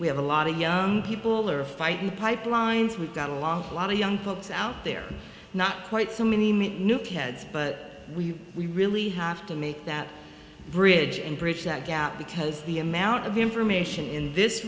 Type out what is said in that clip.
we have a lot of young people are fighting pipelines we've got a long a lot of young folks out there not quite so many new kids but we really have to make that bridge and bridge that gap because the amount of information in this